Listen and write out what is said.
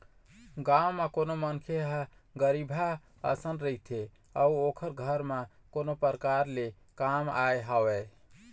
गाँव म कोनो मनखे ह गरीबहा असन रहिथे अउ ओखर घर म कोनो परकार ले काम आय हवय